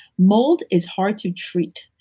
mold is hard to treat.